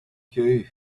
queue